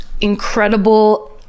incredible